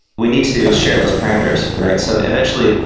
we need to share those parameters, right? so eventually,